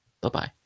Bye-bye